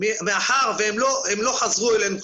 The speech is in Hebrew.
מאחר והם לא חזרו אלינו,